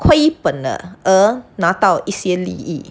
亏本了而拿到一些利益